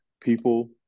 people